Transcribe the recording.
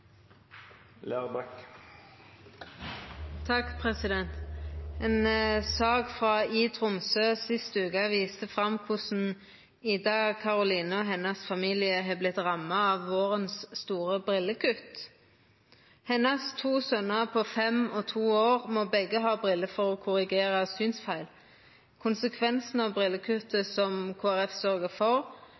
sak frå iTromsø sist veke viste korleis Ida Karoline og familien hennar har vorte ramma av vårens store brillekutt. Dei to sønene hennar på fem og to år må begge ha briller for å korrigera synsfeil. Konsekvensen av brillekuttet, som Kristeleg Folkeparti sørgde for,